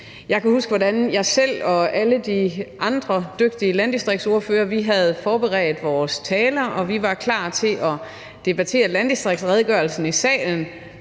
Jeg kan huske, hvordan jeg selv og alle de andre dygtige landdistriktsordførere havde forberedt vores taler, og at vi var klar til at debattere landdistriktsredegørelsen i salen,